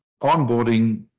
onboarding